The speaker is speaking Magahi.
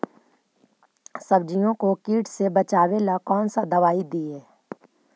सब्जियों को किट से बचाबेला कौन सा दबाई दीए?